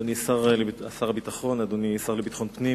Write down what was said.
אדוני שר הביטחון, אדוני השר לביטחון פנים,